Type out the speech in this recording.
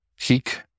peak